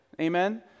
amen